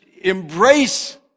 embrace